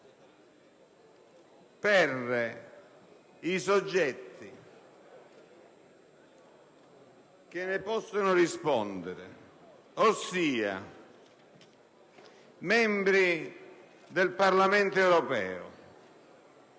per i soggetti che ne possono rispondere, ossia i membri del Parlamento europeo